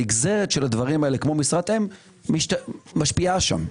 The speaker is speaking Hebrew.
הנגזרת של הדברים האלה, כמו משרת אם, משפיעה שם.